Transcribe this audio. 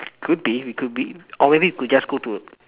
could be we could be or maybe we could just go to